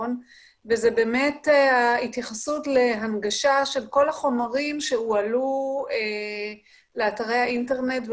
האחרון וזה התייחסות להנגשה של כל החומרים שהועלו לאתרי האינטרנט ,